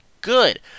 good